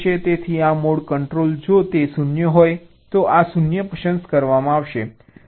તેથી આ mode control જો તે 0 હોય તો આ 0 પસંદ કરવામાં આવશે